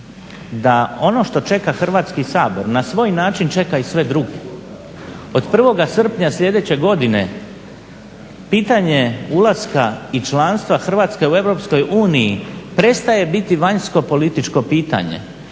da ono što čeka Hrvatski sabor na svoj način čeka i sve druge. Od 1. srpnja sljedeće godine pitanje ulaska i članstva Hrvatske u EU prestaje biti vanjskopolitičko pitanje.